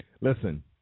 Listen